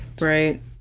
Right